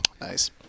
nice